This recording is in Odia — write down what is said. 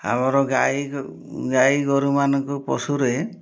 ଆମର ଗାଈ ଗାଈ ଗୋରୁମାନଙ୍କୁ ପଶୁରେ